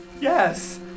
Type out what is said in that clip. Yes